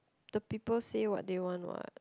the people say what they want what